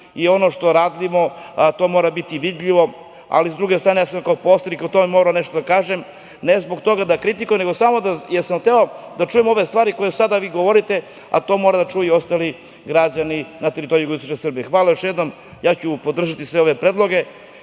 Ono što radimo mora biti vidljivo, ali sa druge strane ja sam kao poslanik morao o tome nešto da kažem, ne zbog toga da kritikujem, jer sam hteo da čujemo ove stvari koje sada vi govorite, a to moraju da čuju i ostali građani na teritoriji jugoistočne Srbije. Hvala još jednom, a ja ću podržati sve ove predloge